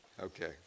Okay